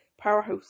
powerhouse